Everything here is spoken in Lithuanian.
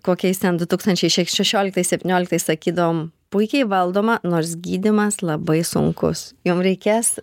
kokiais du tūkstančiai še šešioliktais septynioliktais sakydavom puikiai valdoma nors gydymas labai sunkus jum reikės